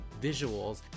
visuals